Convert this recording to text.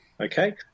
Okay